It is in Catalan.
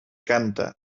canta